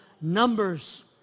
numbers